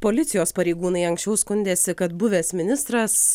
policijos pareigūnai anksčiau skundėsi kad buvęs ministras